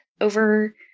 over